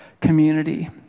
community